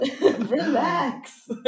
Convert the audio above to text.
Relax